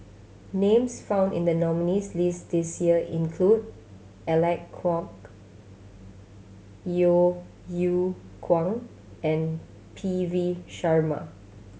names found in the nominees' list this year include Alec Kuok Yeo Yeow Kwang and P V Sharma